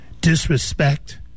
disrespect